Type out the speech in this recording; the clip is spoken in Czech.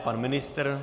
Pan ministr?